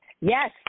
Yes